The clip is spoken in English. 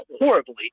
horribly